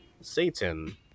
Satan